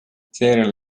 seejärel